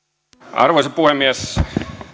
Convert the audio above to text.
arvoisa puhemies